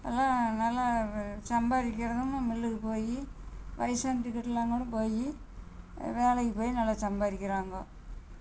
அதெலாம் நல்ல ஒரு சம்பாரிக்கிறதுதம்மும் மில்லுக்கு போய் வயிசான டிக்கெட்டுல்லாம் கூட போய் வேலைக்கு போய் நல்லா சம்பாதிக்கிறாங்கோ